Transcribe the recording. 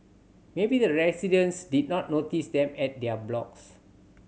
maybe the residents did not notice them at their blocks